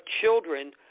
children